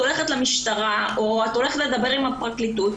הולכת למשטרה או את הולכת לדבר עם הפרקליטות,